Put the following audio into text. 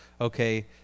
okay